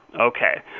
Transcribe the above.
Okay